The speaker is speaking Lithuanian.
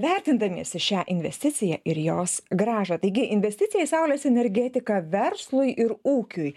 vertindamiesi šią investiciją ir jos grąžą taigi investicija į saulės energetiką verslui ir ūkiui